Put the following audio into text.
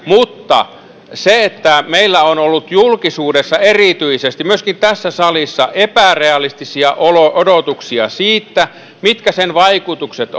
mutta meillä on ollut erityisesti julkisuudessa ja myöskin tässä salissa epärealistisia odotuksia siitä mitkä sen vaikutukset